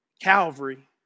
Calvary